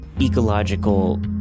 ecological